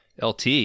LT